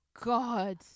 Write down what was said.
God